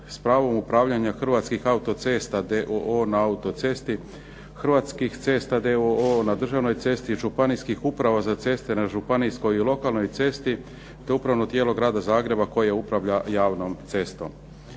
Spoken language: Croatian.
s pravom upravljanja Hrvatskih autocesta d.o.o. na autocesti, Hrvatskih cesta d.o.o. na državnoj cesti, županijskih uprava za ceste na županijskoj i lokalnoj cesti, te Upravno tijelo Grada Zagreba koje upravlja javnom cestom.